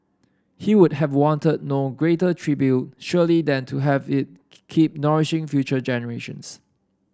he would have wanted no greater tribute surely than to have it keep nourishing future generations